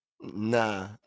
Nah